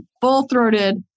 full-throated